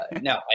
No